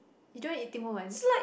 you don't eat Tim-Ho-Wan